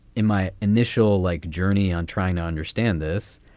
in my initial like journey on trying to understand this,